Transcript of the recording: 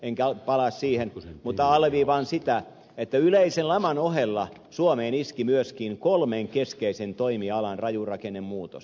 enkä palaa siihen mutta alleviivaan sitä että yleisen laman ohella suomeen iski myöskin kolmen keskeisen toimialan raju rakennemuutos